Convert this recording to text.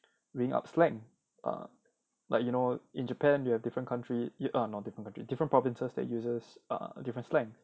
reading up slang err like you know in Japan you have different country err not different countries different provinces that uses err different slang